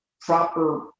proper